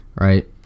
Right